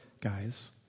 guys